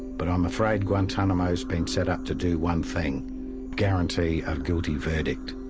but i'm afraid guantanamo's been set up to do one thing guarantee a guilty verdict.